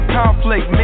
conflict